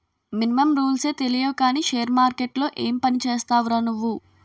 Minimum రూల్సే తెలియవు కానీ షేర్ మార్కెట్లో ఏం పనిచేస్తావురా నువ్వు?